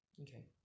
Okay